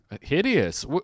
hideous